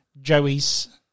Joey's